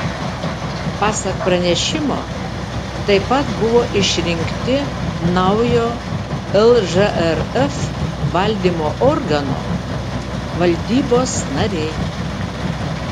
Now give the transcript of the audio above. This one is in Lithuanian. pasak pranešimo taip pat buvo išrinkti naujo lžrf valdymo organo valdybos nariai